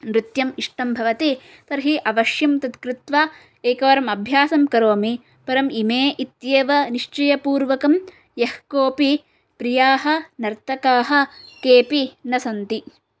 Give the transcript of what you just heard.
नृत्यम् इष्टं भवति तर्हि अवश्यं तत्कृत्वा एकवारम् अभ्यासं करोमि परम् इमे इत्येव निश्चयपूर्वकं यः कोऽपि प्रियाः नर्तकाः केऽपि न सन्ति